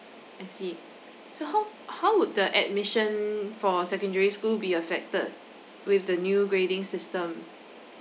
I see so how how would the admission for secondary school be affected with the new grading system